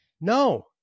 No